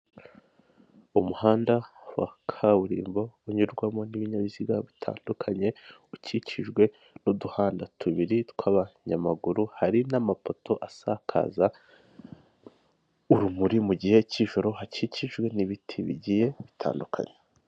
Umuhanda wa kaburimbo unyurwamo n'ibinyabiziga bitandukanye, ukikijwe n'uduhanda tubiri tw'abanyamaguru, hari n'amapoto asakaza urumuri mu gihe k'ijoro, hakikijwe n'ibiti bigiye bitandukanye.